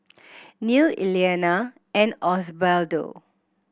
Neal Elianna and Osbaldo